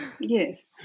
Yes